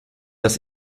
das